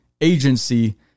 agency